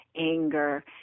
anger